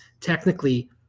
technically